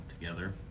together